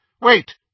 Wait